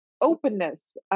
openness